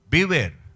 Beware